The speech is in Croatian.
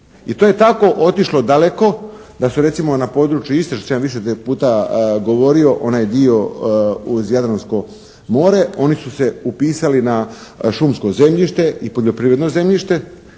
i to je tako otišlo daleko da su recimo na području Istre što sam ja više puta govorio, onaj dio uz Jadransko more, oni su se upisali na šumsko zemljište i poljoprivredno zemljište,